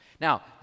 Now